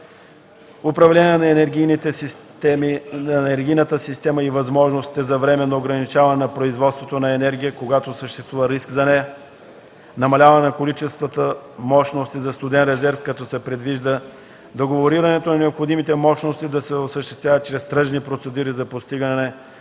управление на електроенергийната система и възможности за временно ограничаване на производството на енергия, когато съществува риск за нея; - намаляване на количеството мощности за студен резерв, като се предвижда договорирането на необходимите мощности да се осъществява чрез тръжни процедури за постигане на